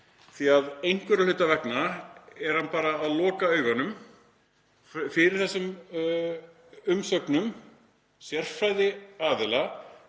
því að einhverra hluta vegna er hann bara að loka augunum fyrir þessum umsögnum sérfræðiaðila